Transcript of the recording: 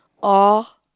or